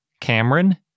Cameron